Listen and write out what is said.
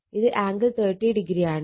ഇത് angle 30o ആണ്